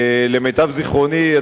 למיטב זיכרוני,